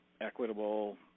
equitable